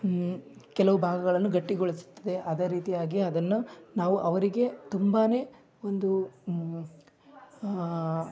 ಕೆಲವು ಭಾಗಗಳನ್ನು ಗಟ್ಟಿಗೊಳಿಸುತ್ತದೆ ಅದೇ ರೀತಿಯಾಗಿ ಅದನ್ನು ನಾವು ಅವರಿಗೆ ತುಂಬಾ ಒಂದು